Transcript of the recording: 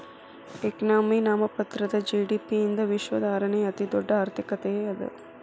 economy ನಾಮಮಾತ್ರದ GDP ಯಿಂದ ವಿಶ್ವದ ಆರನೇ ಅತಿದೊಡ್ಡ್ ಆರ್ಥಿಕತೆ ಅದ